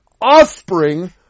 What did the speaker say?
offspring